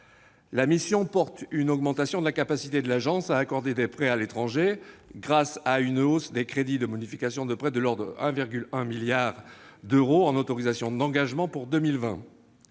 La mission comporte une augmentation de la capacité de l'Agence à accorder des prêts à l'étranger grâce à une hausse des crédits de bonification des prêts de l'ordre de 1,1 milliard d'euros en autorisations d'engagement pour 2020.